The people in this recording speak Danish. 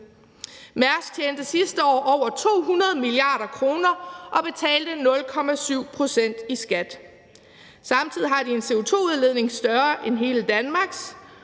Mærsk tjente sidste år over 200 mia. kr. og betalte 0,7 pct. i skat. Samtidig har de en CO2-udledning større end hele Danmarks,